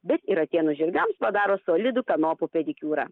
bet ir atėnų žirgams padaro solidų kanopų pedikiūrą